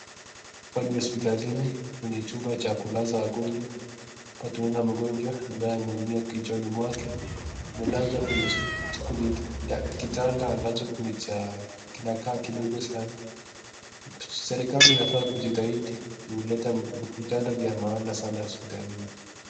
Hapa ni hospitalini kwenye chumba cha kulaza wagonjwa. Hapa tunaona mgonjwa ambaye ameumia kichwani mwake amelazwa kwenye kitanda ambacho kinakaa kidogo sana . Serikali inafaa kujitahidi kuleta vitanda vya maana hospitalini.